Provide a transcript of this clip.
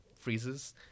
freezes